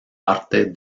parte